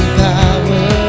power